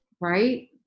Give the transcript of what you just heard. right